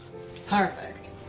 Perfect